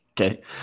Okay